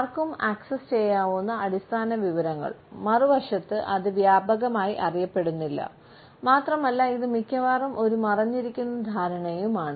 ആർക്കും ആക്സസ് ചെയ്യാവുന്ന അടിസ്ഥാന വിവരങ്ങൾ മറുവശത്ത് അത് വ്യാപകമായി അറിയപ്പെടുന്നില്ല മാത്രമല്ല ഇത് മിക്കവാറും ഒരു മറഞ്ഞിരിക്കുന്ന ധാരണയുമാണ്